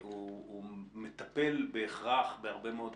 הוא מטפל בהכרח בהרבה מאוד